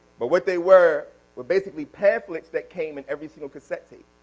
but what they were, were basically pamphlets that came in every single cassette tape.